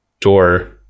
door